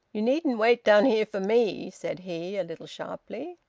you needn't wait down here for me, said he, a little sharply.